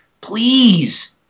please